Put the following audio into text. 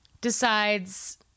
decides